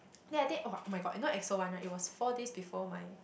yea I think oh [oh]-my-god you know EXO one right it was four days before my